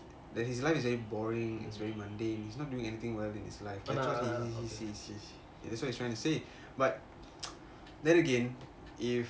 that his life is very boring it's very mundane he's not doing anything well in his life that's what he he he's trying to say but then again if